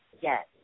Yes